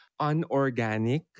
unorganic